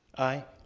aye.